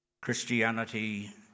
Christianity